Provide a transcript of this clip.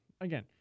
Again